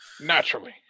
Naturally